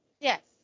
Yes